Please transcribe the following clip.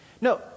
No